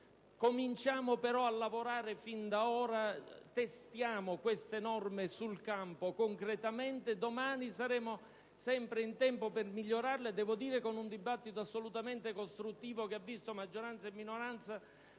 Cominciamo però a lavorare fin da ora, testiamo queste norme concretamente sul campo; domani saremo sempre in tempo per migliorarle, con un dibattito assolutamente costruttivo, che ha visto maggioranza e minoranza